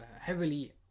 heavily